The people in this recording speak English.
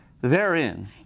therein